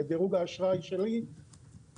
את דירוג האשראי שלי לי.